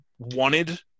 Wanted